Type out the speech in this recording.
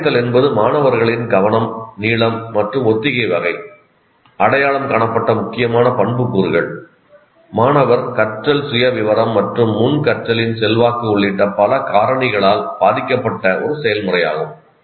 தக்கவைத்தல் என்பது மாணவர்களின் கவனம் நீளம் மற்றும் ஒத்திகை வகை அடையாளம் காணப்பட்ட முக்கியமான பண்புக்கூறுகள் மாணவர் கற்றல் சுயவிவரம் மற்றும் முன் கற்றலின் செல்வாக்கு உள்ளிட்ட பல காரணிகளால் பாதிக்கப்பட்ட ஒரு செயல்முறையாகும்